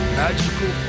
magical